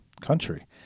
country